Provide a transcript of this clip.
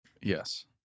Yes